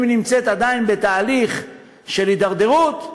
אם היא נמצאת עדיין בתהליך של הידרדרות,